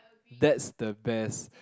that's the best